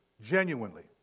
genuinely